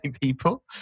people